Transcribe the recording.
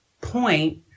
point